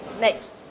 next